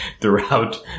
throughout